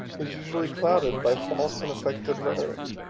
is usually clouded by false and affected rhetoric.